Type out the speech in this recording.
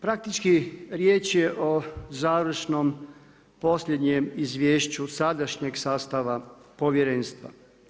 Praktički riječ je o završnom posljednjem izvješću sadašnjeg sastava povjerenstva.